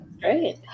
Great